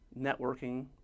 networking